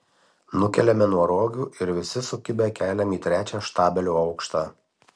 nukeliame nuo rogių ir visi sukibę keliam į trečią štabelio aukštą